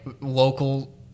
local